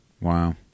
Wow